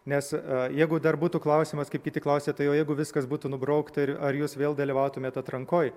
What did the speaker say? nes jeigu dar būtų klausimas kaip kiti klausia tai o jeigu viskas būtų nubraukta ir ar jūs vėl dalyvautumėt atrankoj